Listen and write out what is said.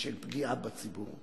ושל פגיעה בציבור.